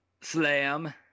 slam